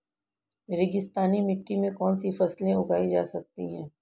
रेगिस्तानी मिट्टी में कौनसी फसलें उगाई जा सकती हैं?